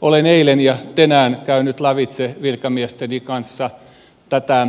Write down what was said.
olen eilen ja tänään käynyt lävitse virkamiesteni kanssa tätä